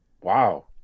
Wow